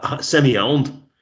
semi-owned